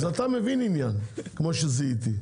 אז אתה מבין עניין, כמו שזיהיתי.